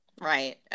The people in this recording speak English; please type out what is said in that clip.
Right